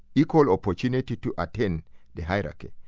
equal opportunity to attain the hierarchy.